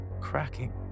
cracking